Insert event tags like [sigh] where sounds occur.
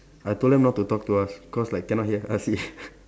I told them not to talk to us because like cannot hear Asi [laughs]